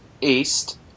east